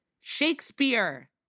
Shakespeare